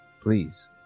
please